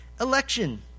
Election